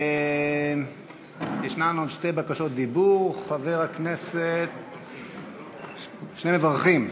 יש שתי בקשות דיבור, שני מברכים.